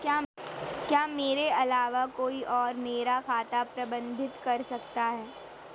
क्या मेरे अलावा कोई और मेरा खाता प्रबंधित कर सकता है?